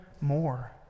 more